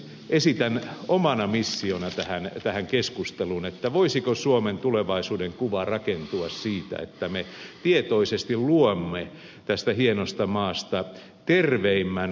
esitän omana missionani tähän keskusteluun että voisiko suomen tulevaisuudenkuva rakentua siitä että me tietoisesti luomme tästä hienosta maasta terveimmän kansakunnan